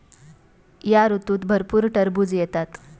या ऋतूत भरपूर टरबूज येतात